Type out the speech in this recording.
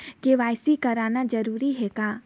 KYC कराना जरूरी है का?